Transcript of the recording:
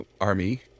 army